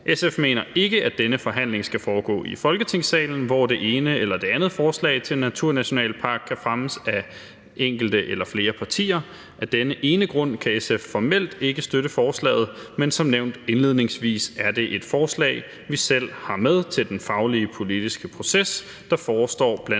SF mener ikke, at denne forhandling skal foregå i Folketingssalen, hvor det ene eller det andet forslag til en naturnationalpark kan fremmes af enkelte eller flere partier. Af denne ene grund kan SF formelt ikke støtte forslaget, men som nævnt indledningsvis er det et forslag, vi selv har med til den faglige politiske proces, der forestår blandt